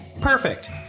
Perfect